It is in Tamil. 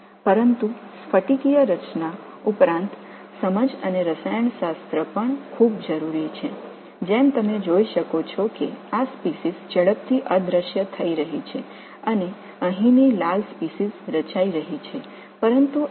நீங்கள் இங்கே பார்த்தால் இந்த இனம் விரைவாக மறைந்து இங்கு சிவப்பு இனங்கள் உருவாகின்றன ஆனால் இந்த சிவப்பு இனங்கள் உருவாகுவதற்கு முன்பு மற்றொரு இடைநிலை உள்ளது அது விரைவாக சிதைவடையும்